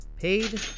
paid